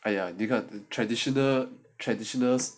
!aiya! 那个 traditional traditional